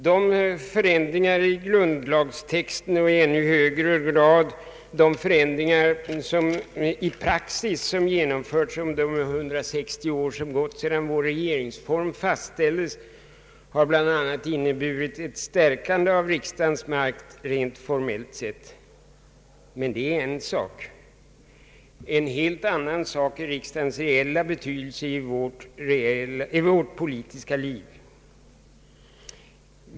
De förändringar i grundlagstexten och i ännu högre grad de förändringar av praxis, som genomförts under de 160 år som gått sedan vår regeringsform fastställdes, har bl.a. inneburit ett stärkande av riksdagens makt rent formellt. Men det är en sak. En helt annan sak är riksdagens reella betydelse i vårt politiska liv.